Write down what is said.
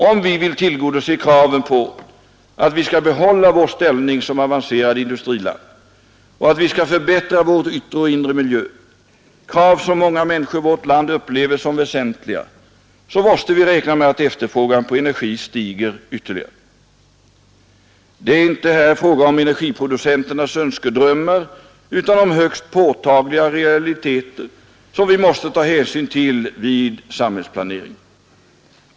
Om vi vill tillgodose kraven på att vi skall behålla vår ställning som avancerat industriland och att vi skall förbättra vår yttre och inre miljö — krav som många människor i vårt land upplever som väsentliga — måste vi räkna med att efterfrågan på energi stiger ytterligare. Det är här inte fråga om energiproducenternas önskedrömmar, utan om högst påtagliga realiteter, som vi måste ta hänsyn till vid samhällsplaneringen.